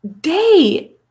Day